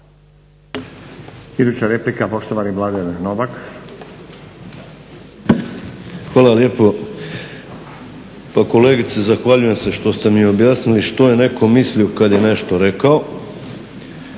Hvala lijepo. Pa kolegice zahvaljujem se što ste mi objasnili što je netko mislio kad je nešto rekao